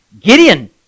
Gideon